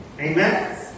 Amen